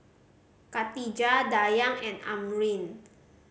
Khatijah Dayang and Amrin